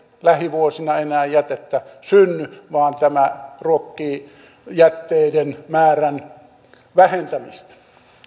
lähivuosina enää jätettä synny vaan tämä ruokkii jätteiden määrän vähentämistä